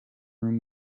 room